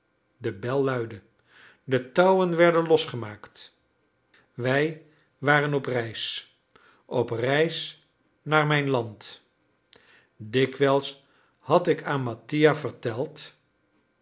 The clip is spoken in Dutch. de bel luidde de touwen werden losgemaakt wij waren op reis op reis naar mijn land dikwijls had ik aan mattia verteld